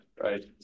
Right